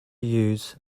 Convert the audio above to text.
use